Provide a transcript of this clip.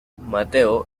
mateo